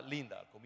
Linda